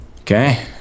okay